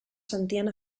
sentien